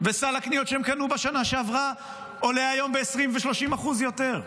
וסל הקניות שהם קנו בשנה שעברה עולה היום ב-20% ו-30% יותר.